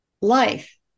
life